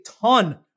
ton